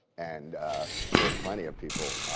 and there are plenty of people.